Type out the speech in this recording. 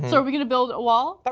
so are we going to build a wall? but